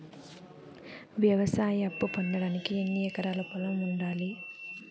వ్యవసాయ అప్పు పొందడానికి ఎన్ని ఎకరాల పొలం ఉండాలి?